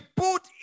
put